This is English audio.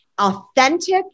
authentic